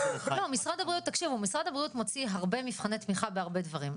משרד הבריאות מוציא הרבה מבחני תמיכה בהרבה דברים.